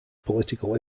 political